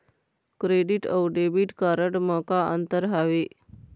Credit अऊ debit card म का अंतर हावे?